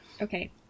Okay